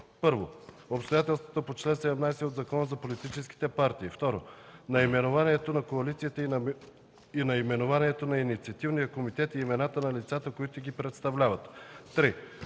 1. обстоятелствата по чл. 17 от Закона за политическите партии; 2. наименованието на коалицията и наименованието на инициативния комитет и имената на лицата, които ги представляват; 3.